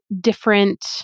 different